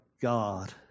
God